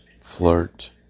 flirt